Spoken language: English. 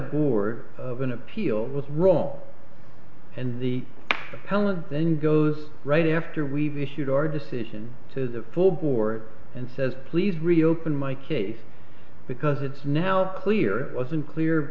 board of an appeal was wrong and the appellant then goes right after we've issued our decision to the full bore and says please reopen my case because it's now clear it wasn't clear